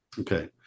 Okay